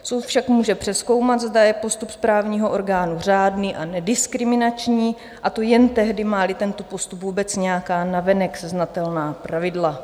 Soud však může přezkoumat, zda je postup správního orgánu řádný a nediskriminační, a to jen tehdy, máli tento postup vůbec nějaká navenek znatelná pravidla.